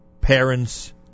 parents